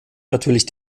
natürlich